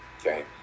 Okay